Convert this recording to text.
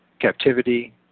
captivity